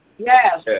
Yes